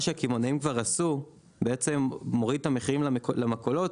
מה שקמעונאים כבר עשו בעצם מוריד את המחירים למכולות